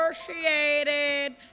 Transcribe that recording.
appreciated